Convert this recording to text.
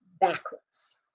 backwards